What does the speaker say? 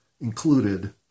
included